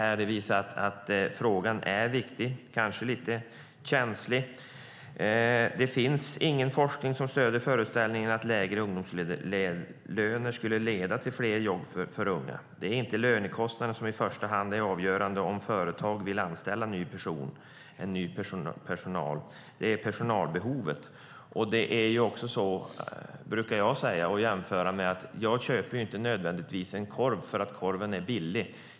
Det visar att frågan är viktig och kanske lite känslig. Det finns ingen forskning som stöder föreställningen att lägre ungdomslöner skulle leda till fler jobb för unga. Det är inte lönekostnaderna som i första hand är avgörande för om företag vill anställa ny personal; det är personalbehovet. Jag köper ju inte en korv för att den är billig.